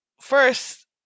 first